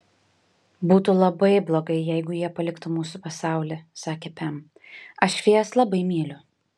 būtų labai blogai jeigu jie paliktų mūsų pasaulį sakė pem aš fėjas labai myliu